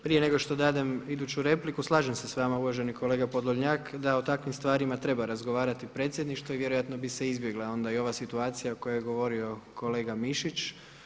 Prije nego što dadem iduću repliku slažem se s vama uvaženi kolega Podolnjak da o takvim stvarima treba razgovarati predsjedništvo i vjerojatno bi se izbjegla onda i ova situacija o kojoj je govorio kolega Mišić.